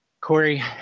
Corey